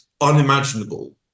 unimaginable